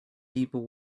people